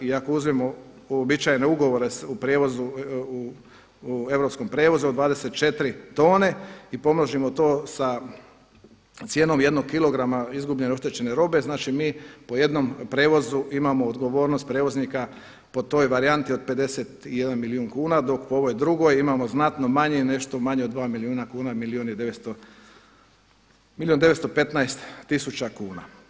I ako uzmemo uobičajene ugovore u prijevozu, u europskom prijevozu od 24 tone i pomnožimo to sa cijenom jednog kilograma izgubljene i oštećene robe, znači mi po jednom prijevozu imamo odgovornost prijevoznika po toj varijanti od 51 milijun kuna, dok po ovoj drugoj imamo znatno manje i nešto manje od dva milijuna kuna, milijun i 915000 kuna.